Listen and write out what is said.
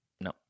No